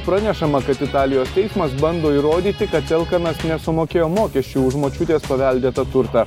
pranešama kad italijos teismas bando įrodyti kad elkanas nesumokėjo mokesčių už močiutės paveldėtą turtą